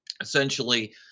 Essentially